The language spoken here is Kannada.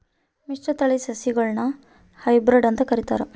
ಮಿಶ್ರತಳಿ ಸಸಿಗುಳ್ನ ಹೈಬ್ರಿಡ್ ಅಂತ ಕರಿತಾರ